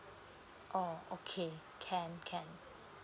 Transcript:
oh okay can can